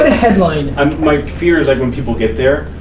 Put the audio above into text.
ah headline um my fear is like when people get there,